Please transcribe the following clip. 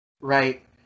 right